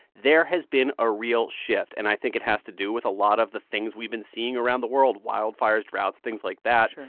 there has been a real shift, and i think it has to do with a lot of the things we've been seeing around the world wildfires, droughts, things like that. sure.